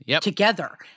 together